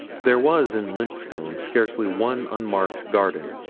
there was in lymphstone scarcely one unmarked garden.